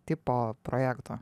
tipo projekto